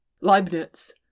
Leibniz